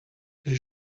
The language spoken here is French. les